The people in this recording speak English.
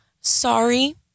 sorry